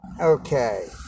Okay